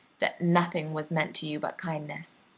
that nothing was meant to you but kindness,